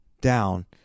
down